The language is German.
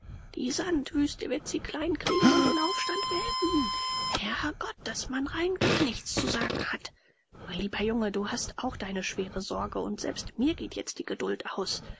die sandwüste wird sie klein kriegen und den aufstand beenden herrgott daß man rein gar nichts zu sagen hat mein lieber junge du hast auch deine schwere sorge und selbst mir geht jetzt die geduld aus